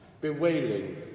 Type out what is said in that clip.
bewailing